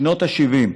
שנות ה-70.